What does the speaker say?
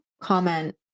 comment